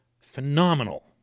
phenomenal